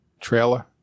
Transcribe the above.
trailer